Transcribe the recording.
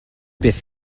beth